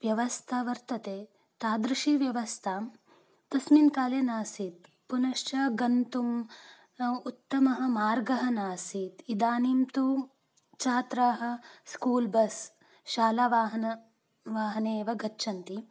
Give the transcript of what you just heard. व्यवस्था वर्तते तादृशी व्यवस्था तस्मिन् काले नासीत् पुनश्च गन्तुम् उत्तमः मार्गः नासीत् इदानीं तु छात्राः स्कूल् बस् शालावाहनं वाहनेव गच्छन्ति